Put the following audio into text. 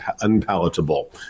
unpalatable